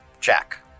Jack